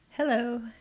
Hello